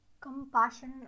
Compassion